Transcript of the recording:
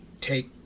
take